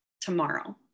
tomorrow